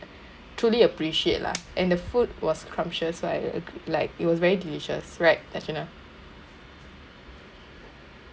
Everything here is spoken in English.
truly appreciate lah and the food was scrumptious right like it was very delicious right dashana